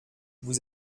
vous